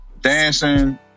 dancing